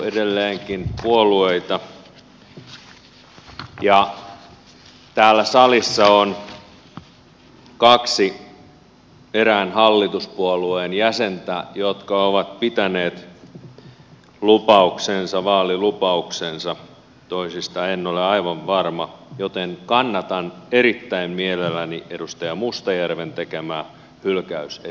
täällä salissa on kaksi erään hallituspuolueen jäsentä jotka ovat pitäneet vaalilupauksensa toisista en ole aivan varma joten kannatan erittäin mielelläni edustaja mustajärven tekemää hylkäysesitystä